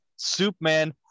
Soupman